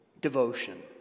devotion